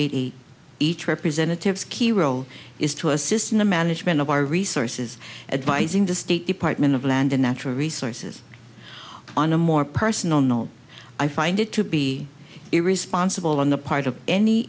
eight each representatives key role is to assist in the management of our resources advice in the state department of land and natural resources on a more personal note i find it to be irresponsible on the part of any